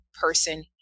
person